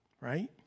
Right